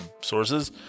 sources